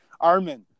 Armin